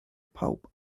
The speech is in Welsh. pawb